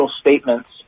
statements